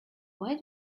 why